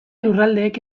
lurraldeek